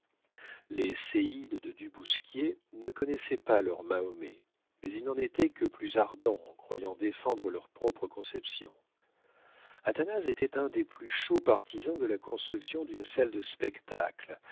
les séides de du bousquier ne connaissaient pas leur mahomet mais ils n'en étaient que plus ardents en croyant défendre leur propre conception athanase était un des plus chauds partisans de la construction d'une salle de spectacle